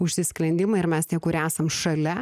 užsisklendimą ir mes tie kurie esam šalia